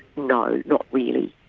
no, not really.